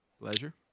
Pleasure